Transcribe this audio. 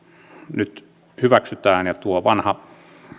nyt hyväksytään ja tuo vanha